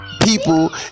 people